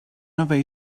away